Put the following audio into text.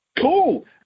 Cool